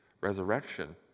resurrection